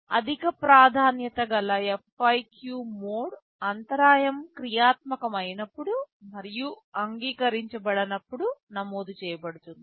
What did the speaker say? అధిక ప్రాధాన్యత గల FIQ మోడ్ అంతరాయం క్రియాత్మకం అయినప్పుడు మరియు అంగీకరించబడినప్పుడు నమోదు చేయబడుతుంది